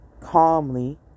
calmly